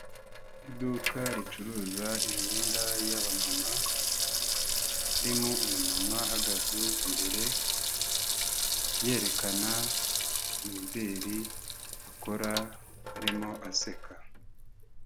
Iduka ricuruza imyenda yab'amama, harimo umumama ahagaze imbere yerekana imideli bakora, arimo aseka.